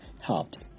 helps